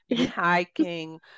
hiking